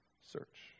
search